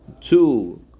two